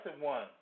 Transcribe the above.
One